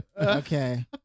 Okay